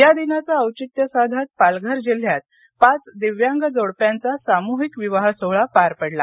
या दिनाचं औचित्य साधत पालघर जिल्ह्यात पाच दिव्यांग जोडप्यांचा सामूहिक विवाह सोहळा पार पडला